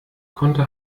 konnte